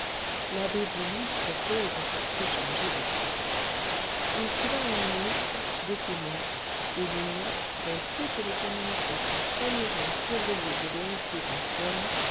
l'abbé voulut pour cause se charger de tout il trouva un ministre des témoins et l'union dont toutes les formalités furent soigneusement surveillées et vérifiées par tom